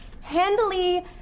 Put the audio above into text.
handily